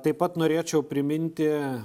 taip pat norėčiau priminti